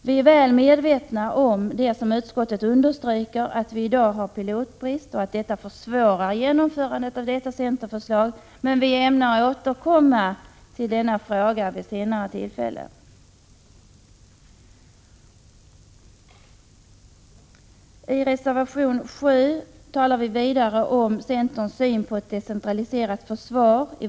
Vi är väl medvetna om det som utskottet understryker, nämligen att vi i dag har pilotbrist och att detta försvårar genomförandet av centerförslaget, men vi ämnar återkomma till frågan vid senare tillfälle. I reservation 7 talar vi vidare om centerns syn på ett decentraliserat försvar.